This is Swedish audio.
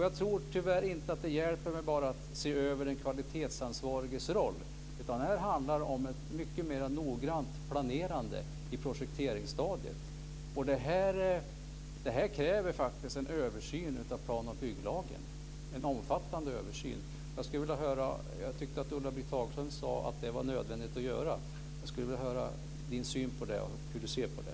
Jag tror tyvärr inte att det hjälper att bara se över den kvalitetsansvariges roll, utan här handlar det om ett mycket mer noggrant planerande i projekteringsstadiet. Det här kräver faktiskt en omfattande översyn av plan och bygglagen. Jag tyckte att Ulla-Britt Hagström sade att det var nödvändigt att göra. Jag skulle vilja höra hur hon ser på det.